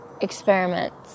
experiments